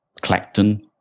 Clacton